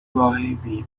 راهبی